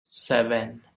seven